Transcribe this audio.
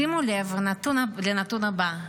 שימו לב לנתון הבא: